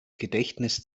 gedächtnis